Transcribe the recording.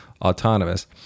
autonomous